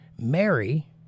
Mary